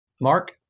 Mark